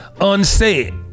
unsaid